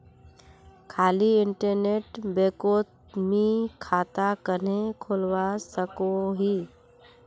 खाली इन्टरनेट बैंकोत मी खाता कन्हे खोलवा सकोही?